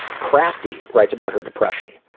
crafty writes about her depression.